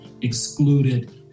excluded